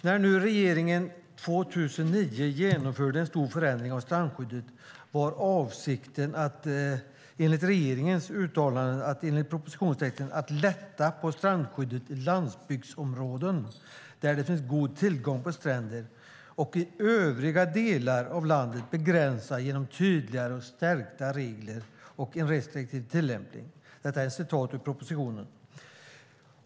När regeringen 2009 genomförde en stor förändring av strandskyddet var avsikten enligt regeringens uttalande i propositionstexten att lätta på strandskyddet i landsbygdsområden där det finns god tillgång på stränder, och i övriga delar av landet begränsa och ha en restriktiv tillämpning genom tydligare och stärkta regler. Detta står i propositionen.